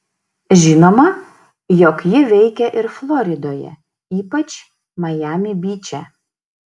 žinoma jog ji veikia ir floridoje ypač majami byče